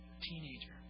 teenager